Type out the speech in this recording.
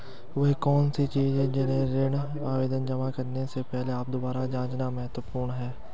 वे कौन सी चीजें हैं जिन्हें ऋण आवेदन जमा करने से पहले दोबारा जांचना महत्वपूर्ण है?